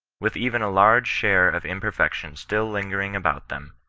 with even a large share of imperfection still lingering about them,